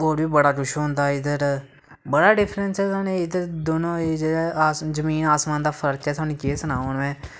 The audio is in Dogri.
होर बी बड़ा कुछ होंदा इद्धर बड़ा डिफ्रैंस ऐ साढ़े दोनों एह् जमीन असमान दा फर्क ऐ थोआनी केह् सनां हून में